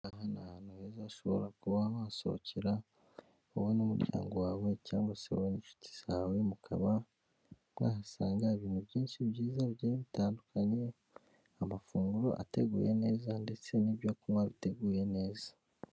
Aha ni ahantu heza hashobora kuba wasohokera wowe n'umuryango wawe cyangwa se wowe n'inshuti zawe mukaba mwahasanga ibintu byinshi byiza bigiye bitandukanye amafunguro ateguye neza ndetse n'ibyo kunywa biteguye neza.